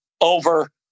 over